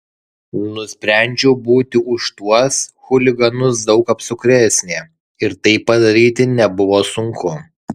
nusprendžiau būti už tuos chuliganus daug apsukresnė ir tai padaryti nebuvo sunku